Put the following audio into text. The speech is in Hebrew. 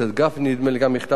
נדמה לי שהחתמתי גם אותו,